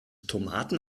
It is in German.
tomaten